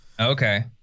okay